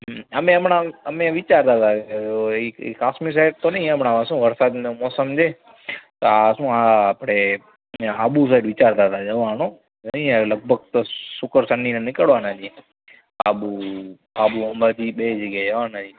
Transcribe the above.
હમ અમે હમણાં અમે વિચારતા હતા એ કાશ્મીર સાઈડ તો નહીં હમણાં શું વરસાદનો મોસમ છે તો આ શું આ આપણે આબુ સાઈડ વિચારતા હતા જવાનું નહીં હવે લગભગ તો શુક્ર શનિએ નીકળવાના છીએ આબુ આબુ અંબાજી બે જગ્યાએ જવાના છીએ